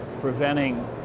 preventing